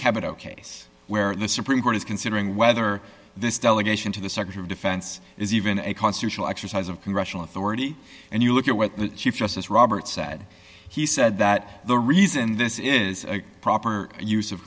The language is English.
case where the supreme court is considering whether this delegation to the secretary of defense is even a constitutional exercise of congressional authority and you look at what the chief justice roberts said he said that the reason this is proper use of